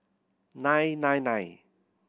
nine nine nine